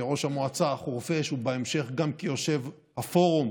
כראש המועצה חורפיש ובהמשך גם כיושב הפורום